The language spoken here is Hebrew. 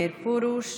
מאיר פרוש,